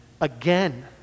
again